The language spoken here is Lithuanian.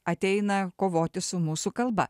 ateina kovoti su mūsų kalba